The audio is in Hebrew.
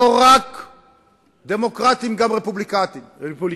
לא רק דמוקרטים, גם רפובליקנים.